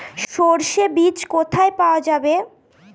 সর্ষে বিজ কোথায় পাওয়া যাবে?